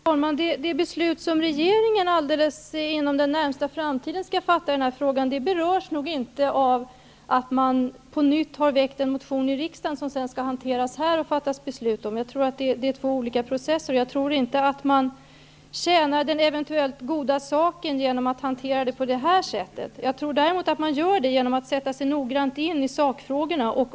Herr talman! Det beslut som regeringen inom den närmaste framtiden skall fatta i den här frågan berörs nog inte av att det på nytt har väckts en motion i riksdagen som man sedan skall hantera och fatta beslut om. Det är två olika processer. Jag tror inte att man tjänar den eventuellt goda saken genom att hantera frågan på det här sättet. Det tror jag däremot att man gör genom att noga sätta sig in i sakfrågorna.